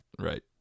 Right